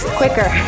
quicker